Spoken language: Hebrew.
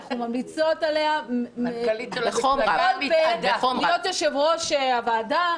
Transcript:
אנחנו ממליצות עליה בכל פה להיות יושבת-ראש הוועדה.